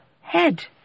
head